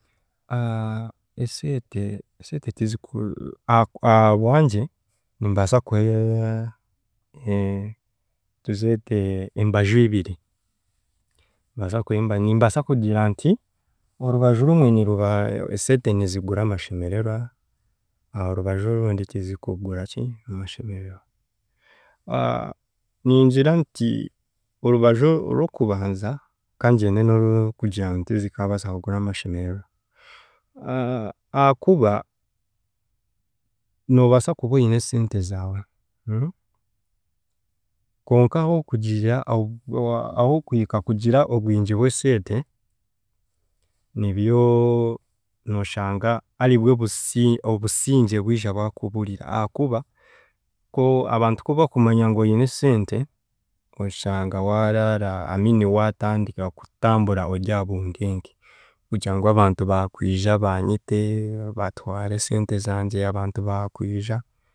eseete eseete tiziku a- a- bwangye nimbaasa kuhe e tuzeete embaju ibiri, nimbaasa nimbaasa kugira nti orubaju rumwe niruba eseete nizigura amashemererwa, orubaju orundi tizikugura ki amashemererwa ningira nti orubaju orw’okubanza kangyende n’orurikugira nti tizikaabaasa kugura amashemererwa akuba noobaasa kuba oine esente zaawe konka ah’okugira a- ah’okuhika kugira obwingi bw'esente nibyo nooshanga aribwo busi obusingye bwija bwakuburira akuba k'abantu kubakumanya ngu oine esente, oshanga waaraara I mean waatandika kutambura ori aha bunkenke kugira ngu abantu baakwija baanyite batware esente zangye, abantu baakwija